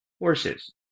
horses